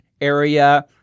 area